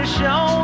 show